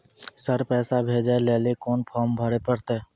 Sir पैसा भेजै लेली कोन फॉर्म भरे परतै?